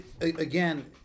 again